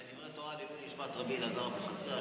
זה דברי תורה לעילוי נשמת ר' אלעזר אבוחצירא,